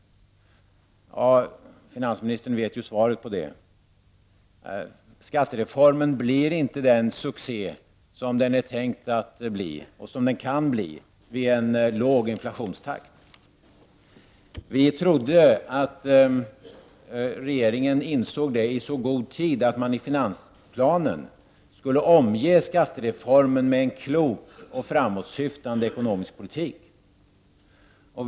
Finansministern vet ju svaret: Skattereformen blir inte den succé som den är tänkt att bli och som den kan bli vid en låg inflationstakt. Vi trodde att regeringen insåg det i så god tid att den i finansplanen skulle omge skattereformen med en klok och framåtsyftande ekonomisk politik.